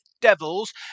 Devils